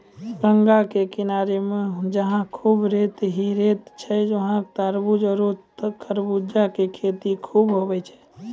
गंगा के किनारा मॅ जहां खूब रेत हीं रेत छै वहाँ तारबूज आरो खरबूजा के खेती खूब होय छै